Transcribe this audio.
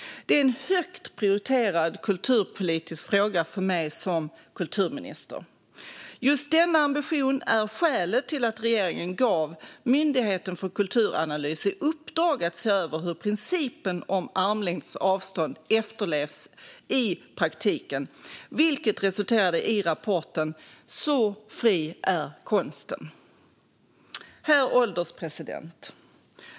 Det är en högt prioriterad kulturpolitisk fråga för mig som kulturminister. Just denna ambition är skälet till att regeringen gav Myndigheten för kulturanalys i uppdrag att se över hur principen om armlängds avstånd efterlevs i praktiken, vilket resulterade i rapporten Så fri är konstenHerr ålderspresident!